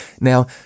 Now